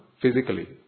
physically